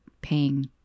paying